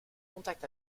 contact